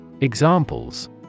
Examples